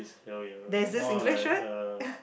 it's more like uh